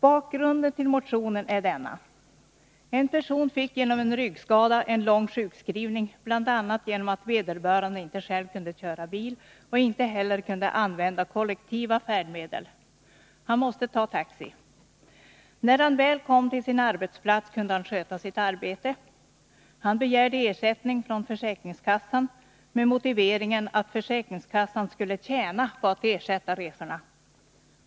Bakgrunden till motionen är denna: En person fick genom en ryggskada en lång sjukskrivning, bl.a. genom att vederbörande inte själv kunde köra bil och inte heller kunde använda kollektiva färdmedel. Han måste ta taxi. När han väl kom till sin arbetsplats, kunde han sköta sitt arbete. Han begärde ersättning från försäkringskassan med motiveringen att försäkringskassan skulle tjäna på att ersätta resorna.